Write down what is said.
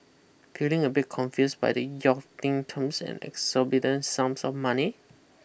feeling a bit confuse by the yachting terms and exorbitant sums of money